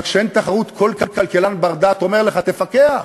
אבל כשאין תחרות, כל כלכלן בר-דעת אומר לך: תפקח.